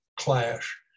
clash